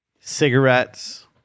cigarettes